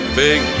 big